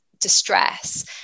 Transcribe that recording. distress